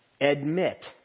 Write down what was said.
admit